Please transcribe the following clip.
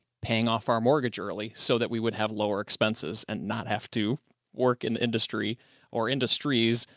paying off our mortgage early so that we would have lower expenses and not have to work in industry or industries.